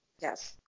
Yes